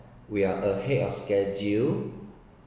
we are ahead of schedule